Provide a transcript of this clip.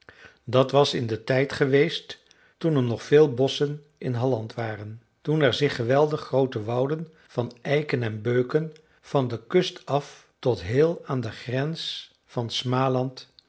dat was in den tijd geweest toen er nog veel bosschen in halland waren toen er zich geweldig groote wouden van eiken en beuken van de kust af tot heel aan de grens van smaland